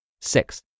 Six